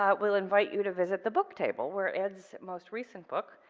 ah we'll invite you to visit the book table where ed's most recent book,